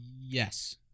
yes